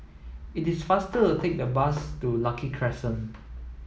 it is faster to take the bus to Lucky Crescent